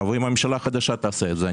אם הממשלה החדשה תעשה את זה,